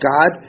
God